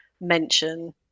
mention